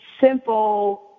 simple